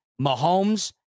Mahomes